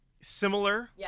Similar